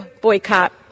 Boycott